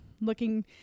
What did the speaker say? looking